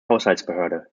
haushaltsbehörde